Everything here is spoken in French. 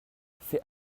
fais